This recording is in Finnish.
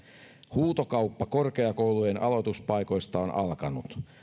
huutokauppa korkeakoulujen aloituspaikoista on alkanut